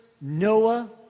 Noah